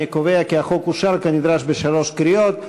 אני קובע שהחוק אושר כנדרש בשלוש קריאות.